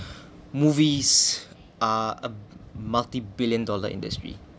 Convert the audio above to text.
movies are a multi billion dollar industry